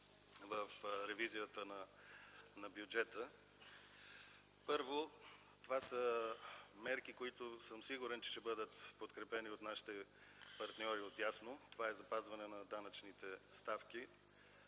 в ревизията на бюджета. Първо, това са мерки, които съм сигурен, че ще бъдат подкрепени от нашите партньори отдясно – това е запазването на данъчните ставки.